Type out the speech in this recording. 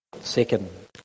Second